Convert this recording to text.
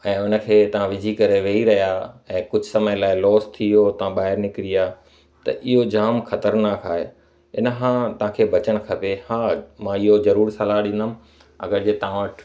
ऐं उनखे तव्हां विझी करे वही रहिया ऐं कुझु समय लाइ लॉस थी वियो तव्हां ॿाहिरि निकरी विया त इहो जाम ख़तरनाक आहे इनखां तव्हां खे बचणु खपे हा मां इहो ज़रूरु सलाहु ॾींदुमि अगरि जे तव्हां वटि